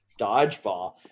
Dodgeball